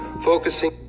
Focusing